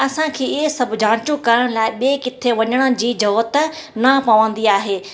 असां खे इहे सभु जाचूं करण लाइ ॿिए किथे वञण जी ज़रूरत न पवंदी आहे